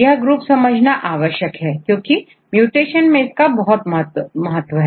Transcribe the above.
यह ग्रुप समझना आवश्यक है क्योंकि म्यूटेशन के समय इनका बहुत महत्वपूर्ण महत्व है